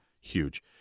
Huge